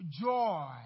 joy